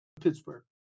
Pittsburgh